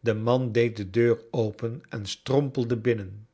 de man deed de deur open en strompelde binnen